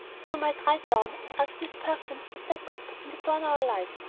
you might ride down and ask miss perkins to step up and adorn our lives,